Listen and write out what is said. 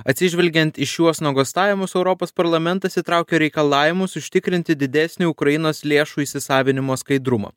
atsižvelgiant į šiuos nuogąstavimus europos parlamentas įtraukė reikalavimus užtikrinti didesnį ukrainos lėšų įsisavinimo skaidrumą